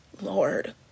lord